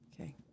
Okay